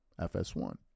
FS1